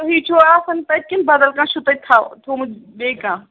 تُہِی چھِوا آسان تتہِ کِنۍ بَدل کانٛہہ چھُ تَتہِ تھاو تھوٚمُت بیٚیہِ کانٛہہ